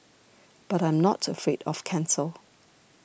but I'm not afraid of cancer